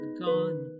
gone